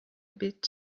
bit